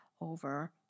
over